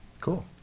Cool